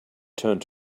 turned